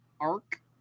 arc